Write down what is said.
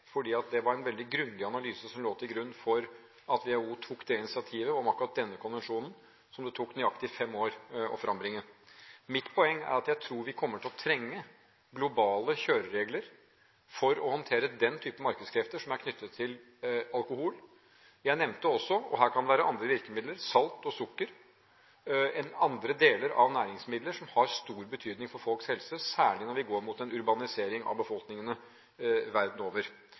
det var en veldig grundig analyse som lå til grunn for at WHO tok det initiativet om akkurat denne konvensjonen, som det tok nøyaktig fem år å frembringe. Mitt poeng er at jeg tror vi kommer til å trenge globale kjøreregler for å håndtere den type markedskrefter som er knyttet til alkohol. Jeg nevnte også – og her kan det være andre virkemidler – salt og sukker eller andre næringsmidler som har stor betydning for folks helse, særlig når vi går mot en urbanisering av befolkningene verden over.